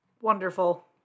wonderful